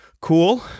cool